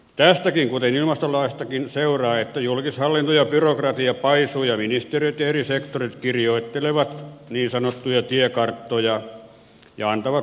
tästäkin kuten ilmastolaistakin seuraa että julkishallinto ja byrokratia paisuvat ja ministeriöt ja eri sektorit kirjoittelevat niin sanottuja tiekarttoja ja antavat lausuntoja toisilleen